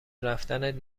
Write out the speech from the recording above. رفتنت